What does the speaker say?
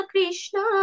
Krishna